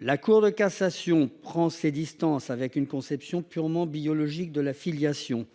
La Cour de cassation prend donc ses distances avec une conception purement biologique de la filiation.